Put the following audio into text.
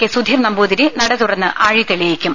K Sudheer Namboothiri നട തുറന്ന് ആഴി തെളിയിക്കും